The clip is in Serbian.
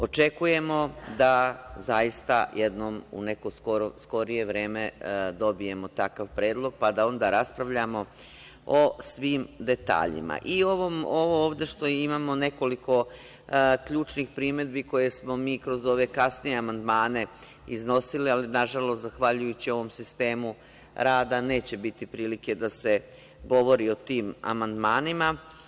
Očekujemo da zaista jednom u neko skorije vreme dobijemo takav predlog, pa da onda raspravljamo o svim detaljima i o ovom ovde što imamo nekoliko ključnih primedbi koje smo mi kroz ove kasnije amandmane iznosili, ali na žalost zahvaljujući ovom sistemu rada neće biti prilike da se govori o tim amandmanima.